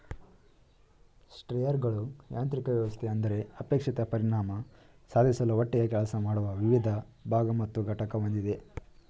ಸ್ಪ್ರೇಯರ್ಗಳು ಯಾಂತ್ರಿಕ ವ್ಯವಸ್ಥೆ ಅಂದರೆ ಅಪೇಕ್ಷಿತ ಪರಿಣಾಮ ಸಾಧಿಸಲು ಒಟ್ಟಿಗೆ ಕೆಲಸ ಮಾಡುವ ವಿವಿಧ ಭಾಗ ಮತ್ತು ಘಟಕ ಹೊಂದಿದೆ